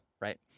right